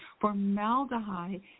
formaldehyde